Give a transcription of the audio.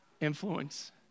influence